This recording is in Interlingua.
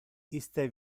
iste